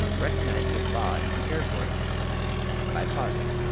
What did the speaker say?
recognize this law and prepare for it by pausing.